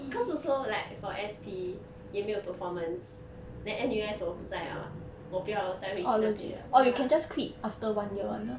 cause also like for S_P 也没有 performance then N_U_S 我都不在了啊我不要再回去那边了 ya